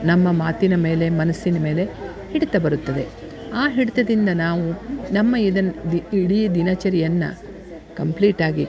ನಮ್ಮ ಮಾತಿನ ಮೇಲೆ ಮನಸ್ಸಿನ ಮೇಲೆ ಹಿಡಿತ ಬರುತ್ತದೆ ಆ ಹಿಡಿತದಿಂದ ನಾವು ನಮ್ಮ ಇದನ್ನು ದಿ ಇಡೀ ದಿನಚರಿಯನ್ನು ಕಂಪ್ಲೀಟಾಗಿ